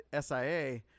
SIA